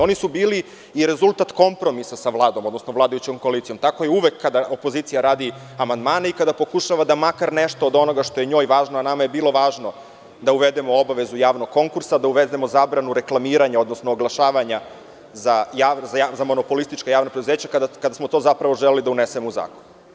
Oni su bili i rezultat kompromisa sa Vladom, odnosno vladajućom koalicijom, tako je uvek kada opozicija radi amandmane i kada pokušava da makar nešto od onoga što je njoj važno, a nama je bilo važno da uvedemo obavezu javnog konkursa, da uvedemo zabranu reklamiranja, odnosno oglašavanja za monopolistička javna preduzeća, kada smo to zapravo želeli da unesemo u zakon.